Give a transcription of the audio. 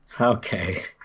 okay